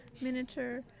miniature